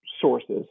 sources